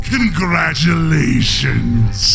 Congratulations